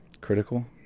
critical